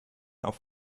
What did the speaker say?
auf